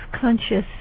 conscious